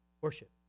worship